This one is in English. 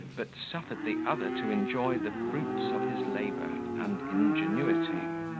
but suffered the other to enjoy the fruits of his labour and ingenuity.